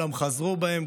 אולם חזרו בהם,